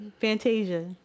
fantasia